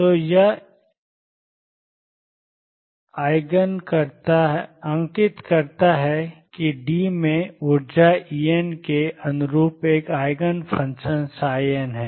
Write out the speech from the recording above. तो यह इंगित करता है कि एक d में ऊर्जा En के अनुरूप एक आइगन फ़ंक्शन n है